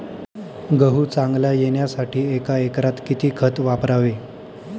गहू चांगला येण्यासाठी एका एकरात किती खत वापरावे?